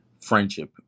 friendship